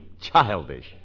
childish